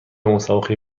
مسابقه